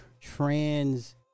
trans